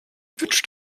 wünscht